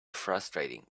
frustrating